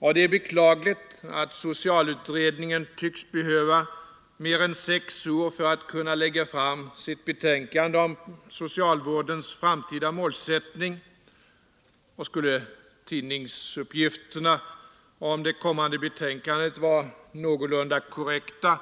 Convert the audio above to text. Och det är beklagligt att socialutredningen tycks behöva mer än sex år för att kunna lägga fram sitt principbetänkande om socialvårdens framtida målsättning — och skulle tidningsuppgifterna om det kommande betänkandet vara någorlunda korrekta